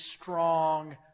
strong